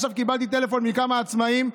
עכשיו קיבלתי טלפון מכמה עצמאים,